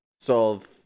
solve